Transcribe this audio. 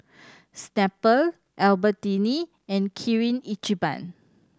Snapple Albertini and Kirin Ichiban